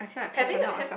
have you have you